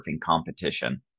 competition